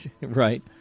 right